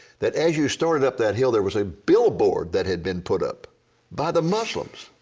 that as you started up that hill there was a billboard that had been put up by the muslims.